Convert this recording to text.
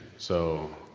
so,